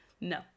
no